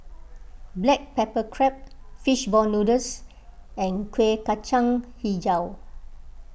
Black Pepper Crab Fish Ball Noodles and Kuih Kacang HiJau